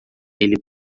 ele